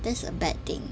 that's a bad thing